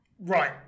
Right